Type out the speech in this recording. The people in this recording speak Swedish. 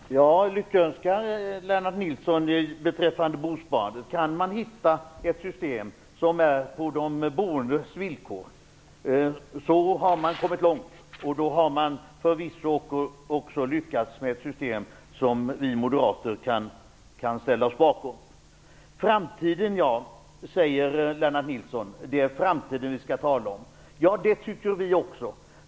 Herr talman! Jag lyckönskar Lennart Nilsson beträffande bosparandet. Kan man hitta ett system som är på de boendes villkor har man kommit långt, och då har man förvisso också lyckats hitta ett system som vi moderater kan ställa oss bakom. Lennart Nilsson säger att det är framtiden vi skall tala om. Det tycker vi också.